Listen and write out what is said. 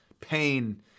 pain